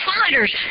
fighters